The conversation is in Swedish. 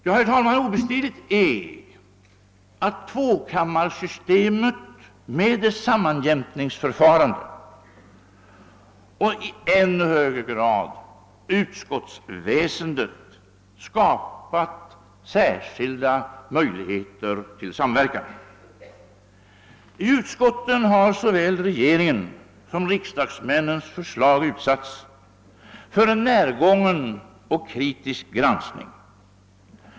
Ja, herr talman, obestridligt är att tvåkammarsystemet med dess sammanjämkningsförfarande och — i än högre grad — utskottsväsendet skapat särskilda möjligheter till samverkan. I utskotten har såväl regeringens som riksdagsmännens förslag utsatts för en närgången och kritisk granskning.